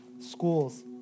schools